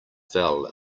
fell